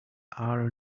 are